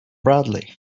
bradley